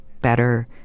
better